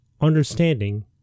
understanding